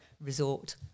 Resort